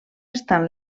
estan